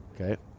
Okay